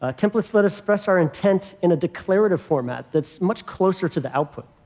ah templates let us express our intent in a declarative format that's much closer to the output.